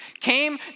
came